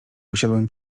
usiadłem